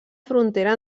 frontera